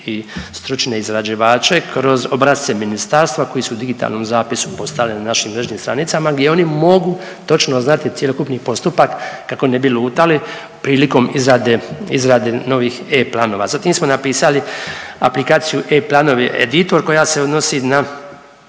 i stručne izrađivače kroz obrasce ministarstva koji su u digitalnom zapisu postali na našim mrežnim stranicama gdje oni mogu točno znati cjelokupni postupak kako ne bi lutali prilikom izrade novih e-Planova. Zatim smo napisali aplikaciju e-Planovi editor koja se odnosi na